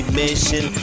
mission